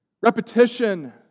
Repetition